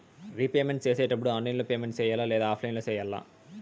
repayment సేసేటప్పుడు online లో payment సేయాలా లేదా ఆఫ్లైన్ లో సేయాలా